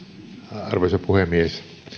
arvoisa puhemies haluan